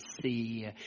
see